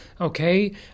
Okay